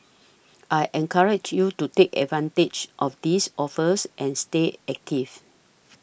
I encourage you to take advantage of these offers and stay active